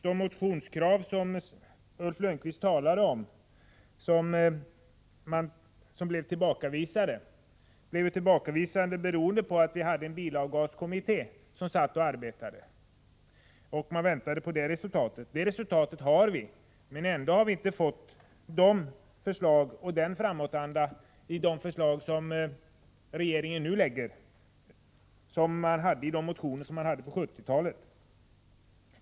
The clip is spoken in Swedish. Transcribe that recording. De motionskrav som Ulf Lönnqvist talade om blev tillbakavisade beroende på att en bilavgaskommitté arbetade med ärendet, och man väntade på resultatet. Detta resultat har vi nu, men ändå har vi inte i de förslag som regeringen nu lägger fram fått se den framåtanda som socialdemokraterna visade i motioner på 1970-talet.